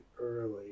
early